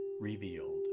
revealed